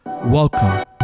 Welcome